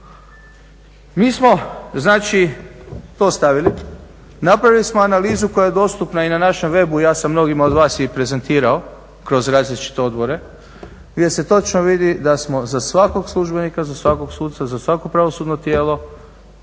Mi smo znači to stavili, napravili smo analizu koja je dostupna i na našem webu, i ja sam mnogima od vas i prezentirao kroz različite odbore gdje se točno vidi da smo za svakog službenika, za svakog sudca, za svako pravosudno tijelo